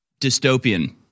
dystopian